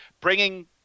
bringing